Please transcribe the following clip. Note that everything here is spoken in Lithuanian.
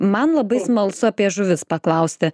man labai smalsu apie žuvis paklausti